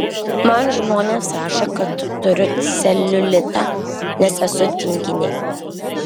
man žmonės rašo kad turiu celiulitą nes esu tinginė